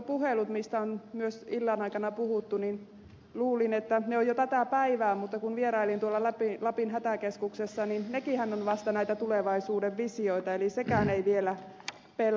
näistä ylivuotopuheluista on myös illan aikana puhuttu ja luulin että ne ovat jo tätä päivää mutta kun vierailin tuolla lapin hätäkeskuksessa niin nekinhän ovat vasta näitä tulevaisuuden visioita eli sekään ei vielä pelaa